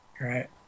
Right